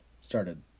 started